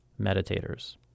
meditators